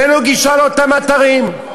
ואין לו גישה לאותם אתרים,